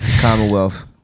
Commonwealth